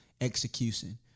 execution